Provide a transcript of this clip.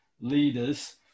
leaders